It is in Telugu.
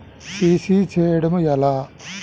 సి.సి చేయడము ఎలా?